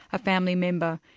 a family member,